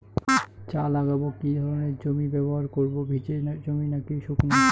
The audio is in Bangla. চা লাগাবো কি ধরনের জমি ব্যবহার করব ভিজে জমি নাকি শুকনো?